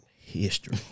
history